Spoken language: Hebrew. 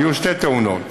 היו שתי תאונות.